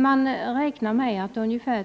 Man räknar med att ungefär